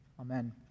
Amen